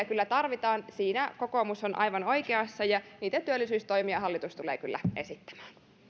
kyllä tarvitaan siinä kokoomus on aivan oikeassa ja niitä työllisyystoimia hallitus tulee kyllä esittämään